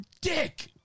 dick